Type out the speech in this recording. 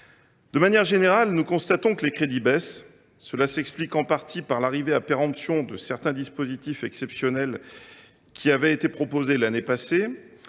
De manière générale, nous constatons que les crédits baissent. Cela s’explique en partie par l’arrivée à péremption de certains dispositifs exceptionnels de soutien qui avaient été proposés l’année passée.